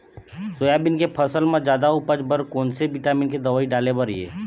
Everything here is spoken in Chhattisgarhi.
सोयाबीन के फसल म जादा उपज बर कोन से विटामिन के दवई डाले बर ये?